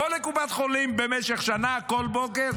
בוא לקופת חולים במשך שנה כל בוקר,